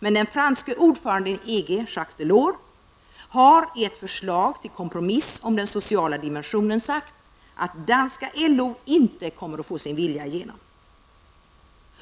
Men den franske ordföranden i EG, Jacques Delors, har i ett förslag till kompromiss om den sociala dimensionen sagt att danska LO inte kommer få sin vilja igenom.